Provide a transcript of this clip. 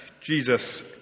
Jesus